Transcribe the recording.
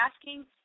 asking